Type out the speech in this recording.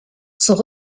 sont